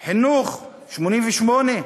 חינוך, 88,